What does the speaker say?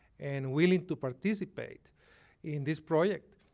and we need to participate in this project.